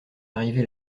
arrivés